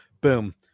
boom